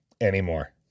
anymore